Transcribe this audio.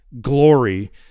Glory